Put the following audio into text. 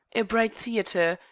a bright theatre,